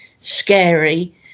scary